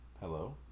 Hello